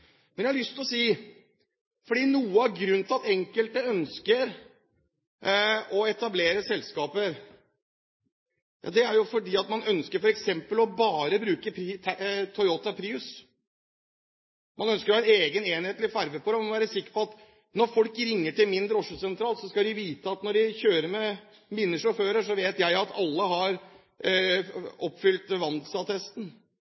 Men jeg har lyst til å si at noe av grunnen til at noen ønsker å etablere selskaper, er jo f.eks. at man ønsker å bruke bare Toyota Prius, og man ønsker å ha en egen, enhetlig farve på bilene. Når folk ringer til min drosjesentral, så skal de vite at når de kjører med mine sjåfører, har alle oppfylt kravet til vandelsattest, at jeg følger lover og regler i forhold til bedriften, at